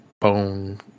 bone